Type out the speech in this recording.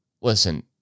listen